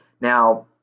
Now